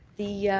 the